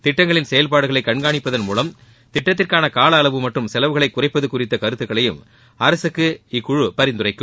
திட்டங்களின் செயல்பாடுகளை கண்காணிப்பதன் மூலம் திட்டத்திற்கான கால அளவு மற்றும் செலவுகளை குறைப்பது குறித்த கருத்துகளையும் அரசுக்கு இக்குழு பரிந்துரைக்கும்